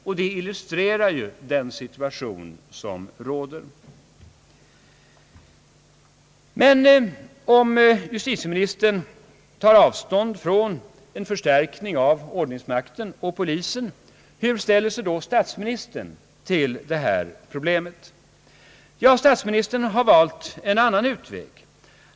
Detta illustrerar den situation som råder. Men om justitieministern tar avstånd från en förstärkning av ordningsmakten och polisen, hur ställer sig då stats ministern till detta problem? Ja, statsministern har valt en annan utväg.